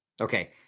Okay